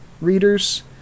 readers